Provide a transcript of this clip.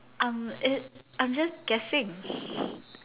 um it's I'm just guessing